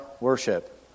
worship